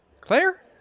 Claire